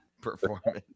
performance